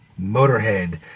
Motorhead